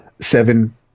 seven